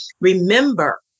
remember